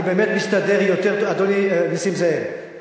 אדוני נסים זאב,